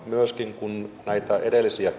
myöskin kun näitä edellisiä